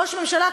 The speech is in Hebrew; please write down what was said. ראש ממשלה,